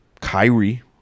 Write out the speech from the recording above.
Kyrie